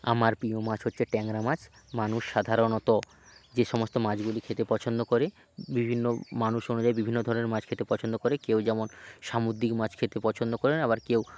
আমার প্রিয় মাছ হচ্ছে ট্যাংরা মাছ মানুষ সাধারণত যে সমস্ত মাছগুলি খেতে পছন্দ করে বিভিন্ন মানুষ অনুযায়ী বিভিন্ন ধরনের মাছ খেতে পছন্দ করে কেউ যেমন সামুদ্রিক মাছ খেতে পছন্দ করেন আবার কেউ